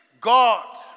God